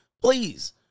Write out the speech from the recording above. please